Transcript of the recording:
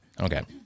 Okay